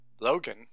Logan